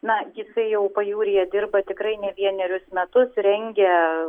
na jisai jau pajūryje dirba tikrai ne vienerius metus rengia